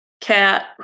cat